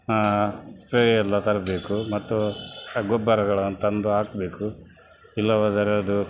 spray ಎಲ್ಲ ತರಬೇಕು ಮತ್ತು ಆ ಗೊಬ್ಬರಗಳನ್ನು ತಂದು ಹಾಕ್ಬೇಕು ಇಲ್ಲವಾದರೆ ಅದು